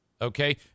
okay